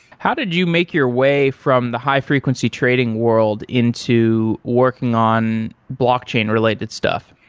how did you make your way from the high-frequency trading world into working on blockchain related stuff?